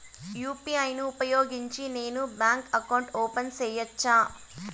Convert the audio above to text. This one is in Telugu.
యు.పి.ఐ ను ఉపయోగించి నేను బ్యాంకు అకౌంట్ ఓపెన్ సేయొచ్చా?